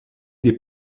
des